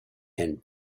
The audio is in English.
and